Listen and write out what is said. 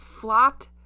flopped